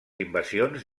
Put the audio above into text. invasions